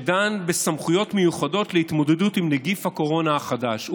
שדן בסמכויות מיוחדות להתמודדות עם נגיף הקורונה החדש.